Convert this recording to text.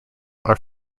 are